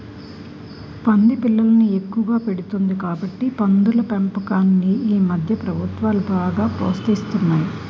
పంది పిల్లల్ని ఎక్కువగా పెడుతుంది కాబట్టి పందుల పెంపకాన్ని ఈమధ్య ప్రభుత్వాలు బాగా ప్రోత్సహిస్తున్నాయి